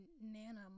Nana